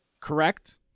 Correct